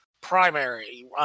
primary